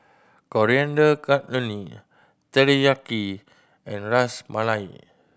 Coriander Chutney Teriyaki and Ras Malai